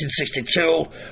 1962